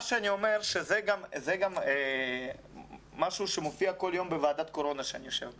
זה גם משהו שמופיע כל יום בוועדת קורונה שאני יושב בה.